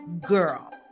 girl